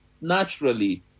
naturally